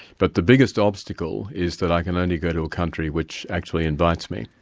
but the biggest obstacle is that i can only go to a country which actually invites me.